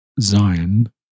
Zion